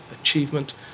achievement